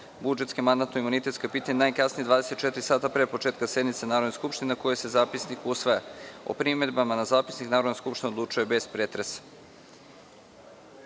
i mandatno-imunitetska pitanja najkasnije 24,00 časa pre početka sednice Narodne skupštine na kojoj se zapisnik usvaja.O primedbama na zapisnik Narodna skupština odlučuje bez